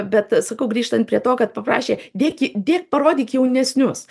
bet sakau grįžtant prie to kad paprašė dėki dėk parodyk jaunesnius